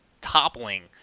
toppling